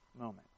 moment